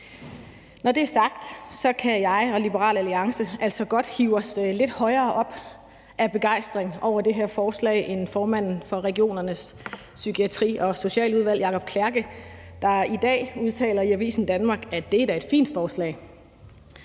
Når det er sagt, kan jeg og Liberal Alliance altså godt hive os lidt højere op af begejstring over det her forslag end formanden for regionernes psykiatri- og socialudvalg, Jacob Klærke, der i dag udtaler i Avisen Danmark, at det da er et fint forslag.